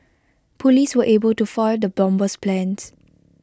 Police were able to foil the bomber's plans